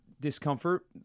discomfort